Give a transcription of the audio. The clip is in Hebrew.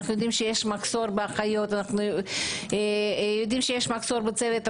אנחנו יודעים שיש מחסור באחיות ובצוות רפואי.